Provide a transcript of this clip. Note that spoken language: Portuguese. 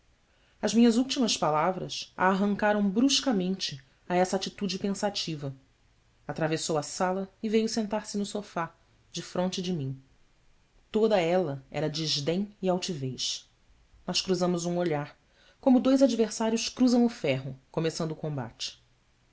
as minhas últimas palavras a arrancaram bruscamente a essa atitude pensativa atravessou a sala e veio sentar-se no sofá defronte de mim toda ela era desdém e altivez nós cruzamos um olhar como dois adversários cruzam o ferro começando o combate